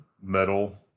metal